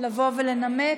לבוא ולנמק.